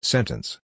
Sentence